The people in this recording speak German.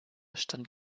stand